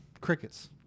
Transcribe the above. crickets